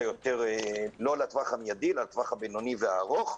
לא לטווח המיידי אלא לטווח הבינוני והארוך,